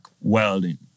welding